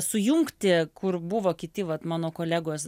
sujungti kur buvo kiti vat mano kolegos